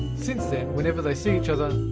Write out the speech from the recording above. since then, whenever they see each other,